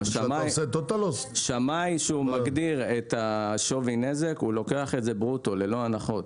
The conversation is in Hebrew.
אז אנחנו מקיימים דיון על העניין הזה,